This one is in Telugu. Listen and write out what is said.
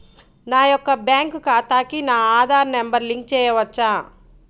నా యొక్క బ్యాంక్ ఖాతాకి నా ఆధార్ నంబర్ లింక్ చేయవచ్చా?